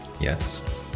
Yes